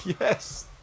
yes